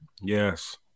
Yes